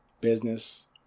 business